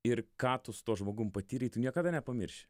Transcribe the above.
ir ką tu su tuo žmogum patyrei tu niekada nepamirši